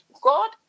God